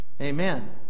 Amen